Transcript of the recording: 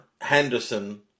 Henderson